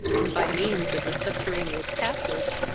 and by means of the subterraneous passage,